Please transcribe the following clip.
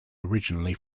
originally